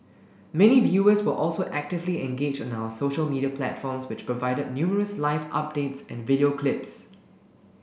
many viewers were also actively engaged on our social media platforms which provided numerous live updates and video clips